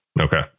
Okay